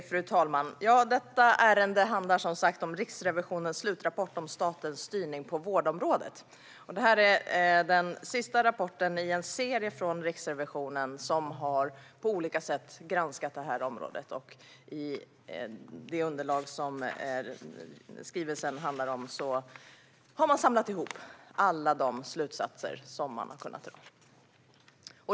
Fru talman! Detta ärende handlar om Riksrevisionens slutrapport om statens styrning på vårdområdet. Det är den sista rapporten i en serie från Riksrevisionen, som har granskat området på olika sätt. I det underlag som skrivelsen handlar om har man samlat ihop alla slutsatser som man har kunnat dra.